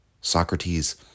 Socrates